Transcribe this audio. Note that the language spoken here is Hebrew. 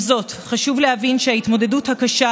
עם זאת, חשוב להבין שההתמודדות הקשה